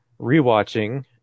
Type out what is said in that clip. rewatching